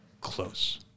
Close